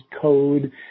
code